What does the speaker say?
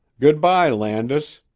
good-bye, landis.